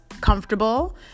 comfortable